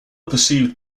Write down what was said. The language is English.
perceived